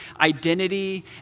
identity